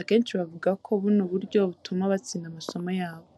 akenshi bavuga ko buno buryo butuma batsinda amasomo yabo.